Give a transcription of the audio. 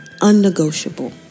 unnegotiable